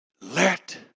let